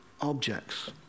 objects